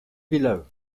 below